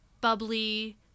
bubbly